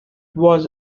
was